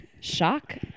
shock